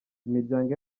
imiryango